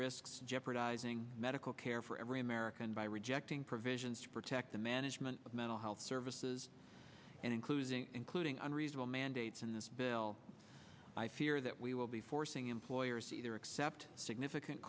risks jeopardizing medical care for every american by rejecting provisions to protect the management of mental health services and including including unreasonable mandates in this bill i fear that we will be forcing employers either accept significant